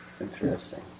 Interesting